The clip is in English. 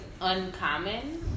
uncommon